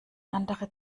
andere